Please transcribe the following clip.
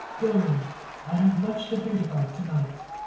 go i have much to think about to-night.